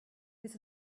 his